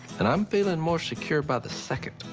and i'm feeling more secure by the second.